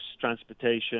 transportation